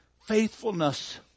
faithfulness